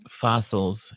fossils